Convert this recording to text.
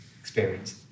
experience